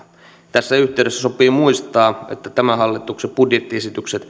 tässä yhteydessä sopii muistaa että tämän hallituksen budjettiesitykset